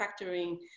factoring